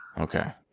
Okay